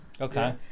Okay